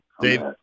Dave